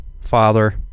Father